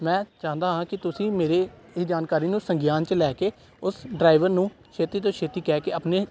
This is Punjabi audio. ਮੈਂ ਚਾਹੁੰਦਾ ਹਾਂ ਕਿ ਤੁਸੀਂ ਮੇਰੇ ਇਹ ਜਾਣਕਾਰੀ ਨੂੰ ਸਗਿਆਨ 'ਚ ਲੈ ਕੇ ਉਸ ਡਰਾਈਵਰ ਨੂੰ ਛੇਤੀ ਤੋਂ ਛੇਤੀ ਕਹਿ ਕੇ ਆਪਣੇ